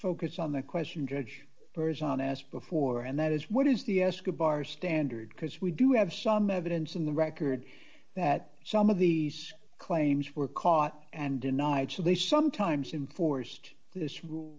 focus on the question judge burrs on as before and that is what is the escobar standard because we do have some evidence in the record that some of these claims were caught and denied so they sometimes inforced this rule